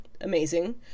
amazing